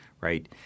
right